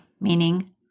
meaning